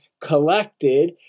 collected